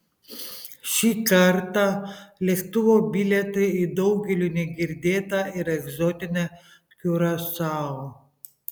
šį kartą lėktuvo bilietai į daugeliui negirdėtą ir egzotinę kiurasao